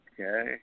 Okay